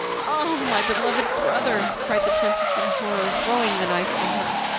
ah! my beloved brother, cried the princess in horror, throwing the knife from her,